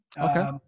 Okay